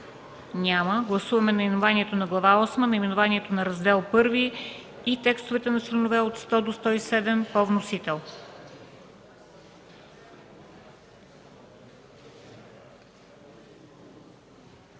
Няма. Гласуваме наименованието на Глава осма, наименованието на Раздел І и текстовете на членове от 100 до 107 по вносител.